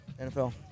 NFL